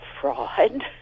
fraud